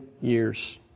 years